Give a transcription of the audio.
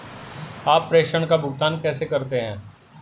आप प्रेषण का भुगतान कैसे करते हैं?